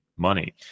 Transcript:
money